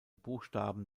buchstaben